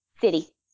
City